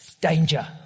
danger